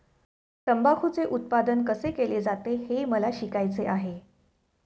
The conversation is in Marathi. तंबाखूचे उत्पादन कसे केले जाते हे मला शिकायचे आहे